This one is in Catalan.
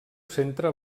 centre